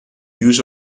use